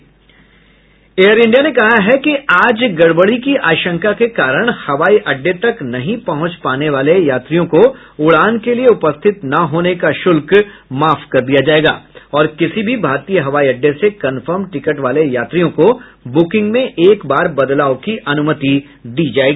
air India ने कहा है कि आज गड़बड़ी की आशंका के कारण हवाई अड्डे तक न पहुंच पाने वाले यात्रियों को उड़ान के लिए उपस्थित ना होने का शुल्क माफ कर दिया जाएगा और किसी भी भारतीय हवाई अड्डे से कन्फर्म टिकट वाले यात्रियों को बुकिंग में एक बार बदलाव की अनुमति दी जाएगी